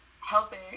helping